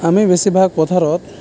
আমি বেছিভাগ পথাৰত